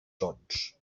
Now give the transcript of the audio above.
sons